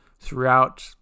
throughout